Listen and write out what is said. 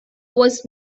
was